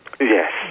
Yes